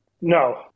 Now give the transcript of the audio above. No